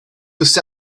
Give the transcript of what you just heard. this